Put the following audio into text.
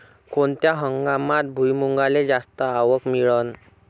कोनत्या हंगामात भुईमुंगाले जास्त आवक मिळन?